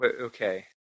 okay